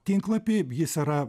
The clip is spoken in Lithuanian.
tinklapį jis yra